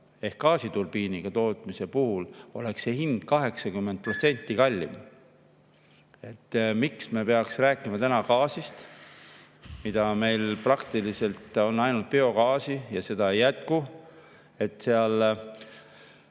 ehk gaasiturbiiniga tootmise puhul oleks see hind 80% kallim. Miks me peaks rääkima täna gaasist? Meil on praktiliselt ainult biogaasi ja seda ei jätku. Narvas